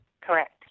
Correct